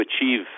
achieve